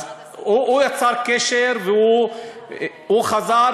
הוא יצר קשר והוא חזר.